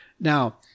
Now